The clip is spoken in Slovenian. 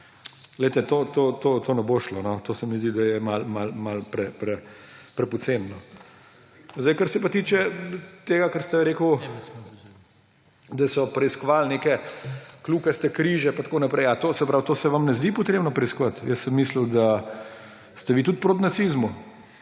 To ne bo šlo, to se mi zdi, da je malo prepoceni. Kar se tiče tega, kar ste rekli, da so preiskovali neke kljukaste križe pa tako naprej. Ali se vam to ne zdi potrebno preiskovati? Jaz sem mislil, da ste vi tudi proti nacizmu.